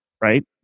right